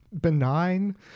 benign